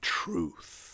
truth